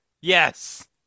Yes